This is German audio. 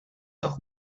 auch